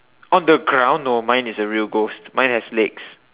on the ground no mine is the real ghost mine has legs